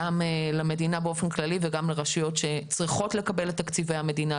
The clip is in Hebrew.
גם למדינה באופן כללי וגם לרשויות שצריכות לקבל את תקציבי המדינה,